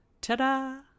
Ta-da